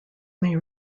may